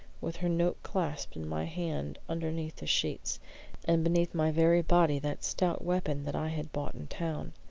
with her note clasped in my hand underneath the sheets and beneath my very body that stout weapon that i had bought in town.